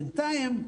בינתיים,